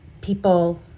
people